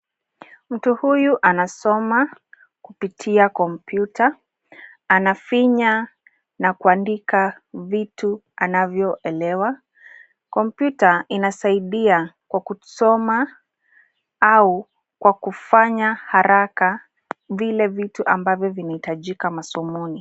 Mtu huyu anasoma kupitia kompyuta, anafinya na kuandika vitu anavyoelewa. Kompyuta inasaidia kwa kusoma au kwa kufanya haraka vile vitu ambavyo vinahitajika masomoni.